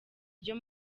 ryo